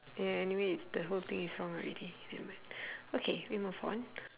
yeah anyway it's the whole thing is wrong already nevermind okay we move on